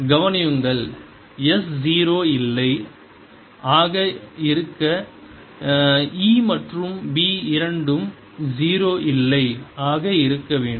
கவனியுங்கள் S zero இல்லை ஆக இருக்க E மற்றும் B இரண்டும் ஜீரோ இல்லை ஆக இருக்க வேண்டும்